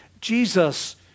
Jesus